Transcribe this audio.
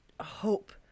hope